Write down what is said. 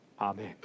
Amen